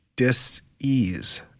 Dis-ease